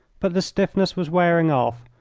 but the stiffness was wearing off,